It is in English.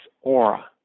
aura